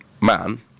man